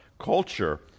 culture